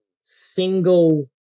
single